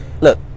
look